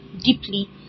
deeply